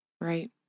Right